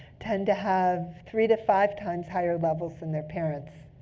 tend to have three to five times higher levels than their parents,